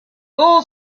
full